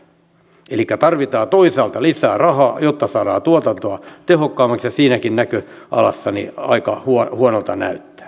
elikkä tarvitaan toisaalta lisää rahaa jotta saadaan tuotantoa tehokkaammaksi mutta siinäkin näköalassa aika huonolta näyttää